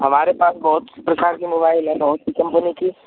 हमारे पास बहुत प्रकार के मोबाइल है बहुत सी कंपनी की